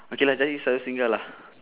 okay lah jadi selalu singgah lah